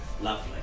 Lovely